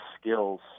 skills